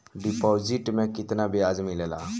Deposit मे केतना बयाज मिलेला?